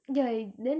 ya you then